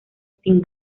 sin